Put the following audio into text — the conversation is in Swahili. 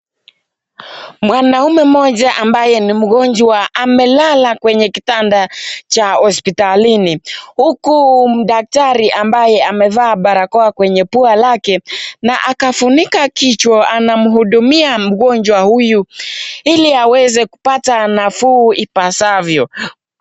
Mwanaume mmoja ambaye ni mgonjwa amelela kwenye kitanda cha hospitalini huku daktari ambaye amevaa barakoa kwenye pua lake na akafunika kichwa anamhudumia mgonjwa huyu ilo aweze kupata nafuu ipasavyo.